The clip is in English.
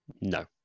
No